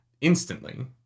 instantly